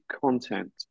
content